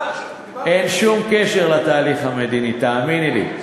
אין שום קשר לתהליך המדיני, תאמיני לי.